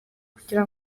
kugira